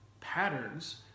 patterns